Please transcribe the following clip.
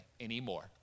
anymore